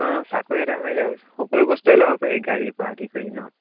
অঁ চাকৰি এটা মাৰিলে সকলো বস্তুৱে ল'ব পাৰি গাড়ীৰপৰা আদি কৰি ন